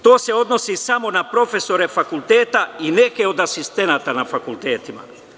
To se odnosi samo na profesore fakulteta i neke od asistenata na fakultetima.